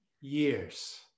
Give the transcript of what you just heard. years